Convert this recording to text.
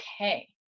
okay